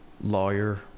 lawyer